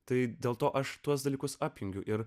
tai dėl to aš tuos dalykus apjungiau ir